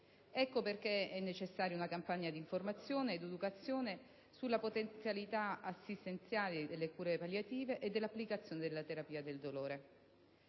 Ecco perché è necessaria una campagna di informazione ed educazione sulle potenzialità assistenziali delle cure palliative e dell'applicazione della terapia del dolore.